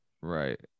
Right